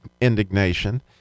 indignation